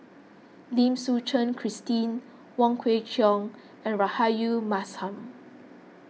Lim Suchen Christine Wong Kwei Cheong and Rahayu Mahzam